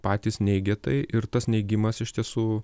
patys neigia tai ir tas neigimas iš tiesų